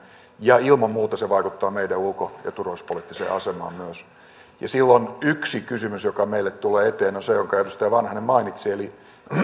ja ilman muuta se vaikuttaa meidän ulko ja turvallisuuspoliittiseen asemaan myös silloin yksi kysymys joka meille tulee eteen on se jonka edustaja vanhanen mainitsi